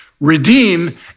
Redeem